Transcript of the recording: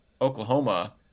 Oklahoma